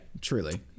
truly